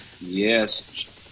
yes